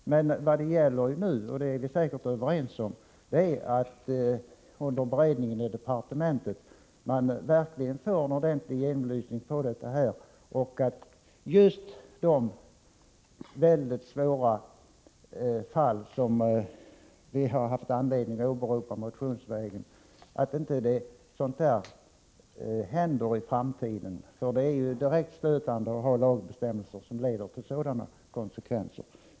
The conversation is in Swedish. Men vad det nu gäller — och det är vi säkerligen överens om — är att man under beredningen i departementet verkligen får en ordentlig genomlysning av frågan och att just sådana mycket svåra fall som vi haft anledning att ta upp motionsvägen inte inträffar i framtiden. Det är direkt stötande att vi har lagbestämmelser som leder till sådana konsekvenser.